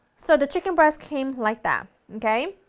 so the chicken breast came like that, okay?